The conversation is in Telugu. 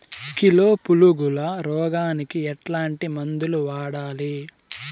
కిలో పులుగుల రోగానికి ఎట్లాంటి మందులు వాడాలి?